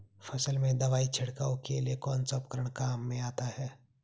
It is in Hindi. फसल में दवाई छिड़काव के लिए कौनसा उपकरण काम में आता है?